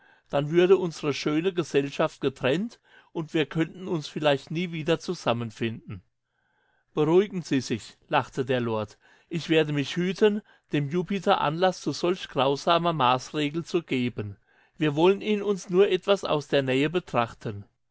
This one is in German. dann würde unsre schöne gesellschaft getrennt und wir könnten uns vielleicht nie wieder zusammenfinden beruhigen sie sich lachte der lord ich werde mich hüten dem jupiter anlaß zu solch grausamer maßregel zu geben wir wollen ihn uns nur etwas aus der nähe betrachten